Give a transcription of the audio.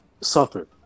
suffer